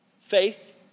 Faith